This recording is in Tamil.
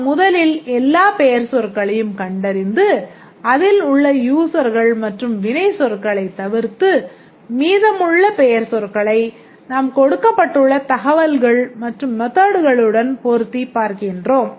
நாம் முதலில் எல்லா பெயர்ச் சொற்களையும் கண்டறிந்து அதில் உள்ள யூசர்கள் மற்றும் வினைச் சொற்களை தவிர்த்து மீதமுள்ள பெயர் சொற்களை நாம் கொடுக்கப்பட்டுள்ள தகவல்கள் மற்றும் methodகளுடன் பொருத்திப் பார்க்கின்றோம்